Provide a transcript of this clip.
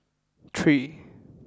three